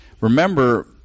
remember –